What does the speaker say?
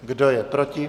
Kdo je proti?